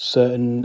certain